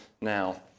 now